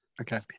Okay